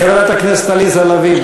חברת הכנסת עליזה לביא,